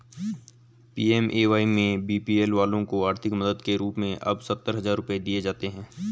PMAY में BPL वालों को आर्थिक मदद के रूप में अब सत्तर हजार रुपये दिए जाते हैं